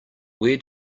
where